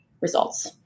results